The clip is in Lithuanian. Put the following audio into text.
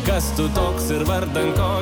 kas tu toks ir vardan ko